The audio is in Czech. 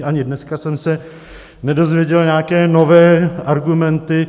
Ani dneska jsem se nedozvěděl nějaké nové argumenty.